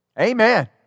Amen